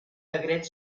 decret